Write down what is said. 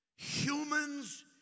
Humans